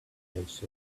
searched